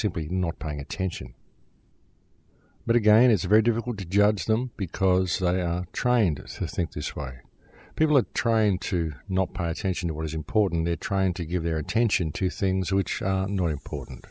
simply not paying attention but again it's very difficult to judge them because trying to think this why people are trying to not pay attention to what is important they're trying to give their attention to things which no important